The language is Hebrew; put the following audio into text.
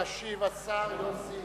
ישיב השר יוסי